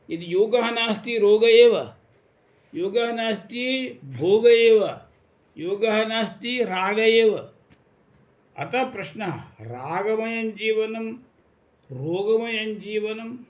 यदि योगः नास्ति रोगः एव योगः नास्ति भोगः एव योगः नास्ति रागः एव अतः प्रश्नः रागमयं जीवनं रोगमयं जीवनम्